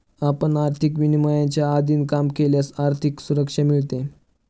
आपण आर्थिक विनियमांच्या अधीन काम केल्यास आर्थिक सुरक्षा मिळते